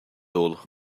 all